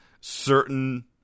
certain